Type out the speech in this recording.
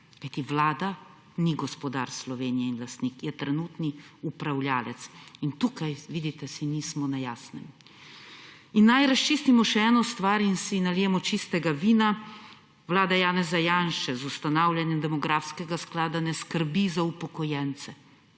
vlada ni gospodar Slovenije in lastnik, je trenutni upravljavec. In tu, vidite, si nismo na jasnem. Naj razčistimo še eno stvar in si nalijemo čistega vina. Vlada Janeza Janše z ustanavljanjem demografskega sklada ne skrbi za upokojence